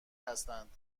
هستند